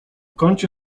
kącie